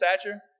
stature